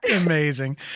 Amazing